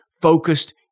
focused